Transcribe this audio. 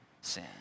sin